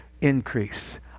increase